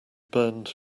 burned